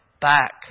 back